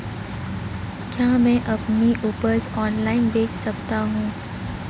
क्या मैं अपनी उपज ऑनलाइन बेच सकता हूँ?